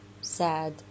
sad